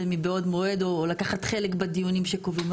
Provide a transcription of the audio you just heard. מבעוד מועד או לקחת חלק בדיונים שקובעים.